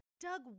Doug